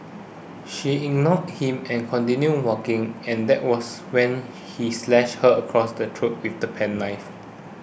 she ignored him and continued walking and that was when he slashed her across the throat with the penknife